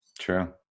True